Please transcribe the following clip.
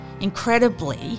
Incredibly